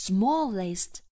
Smallest 。